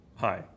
Hi